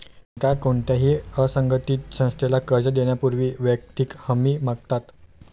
बँका कोणत्याही असंघटित संस्थेला कर्ज देण्यापूर्वी वैयक्तिक हमी मागतात